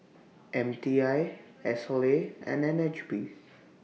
M T I S L A and N H B